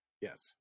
Yes